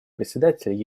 председатель